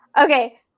Okay